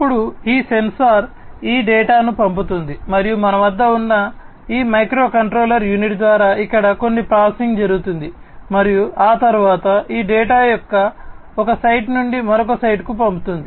అప్పుడు ఈ సెన్సార్ ఈ డేటాను పంపుతుంది మరియు మన వద్ద ఉన్న ఈ మైక్రోకంట్రోలర్ యూనిట్ ద్వారా ఇక్కడ కొన్ని ప్రాసెసింగ్ జరుగుతుంది మరియు ఆ తరువాత ఈ డేటా ఒక సైట్ నుండి మరొక సైట్కు పంపబడుతుంది